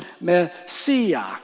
messiah